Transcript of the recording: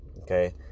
Okay